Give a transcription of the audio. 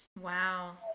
wow